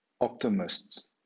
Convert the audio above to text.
optimists